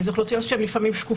הן לעיתים שקופות.